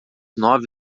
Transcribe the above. nove